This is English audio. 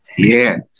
yes